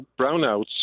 brownouts